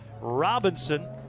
Robinson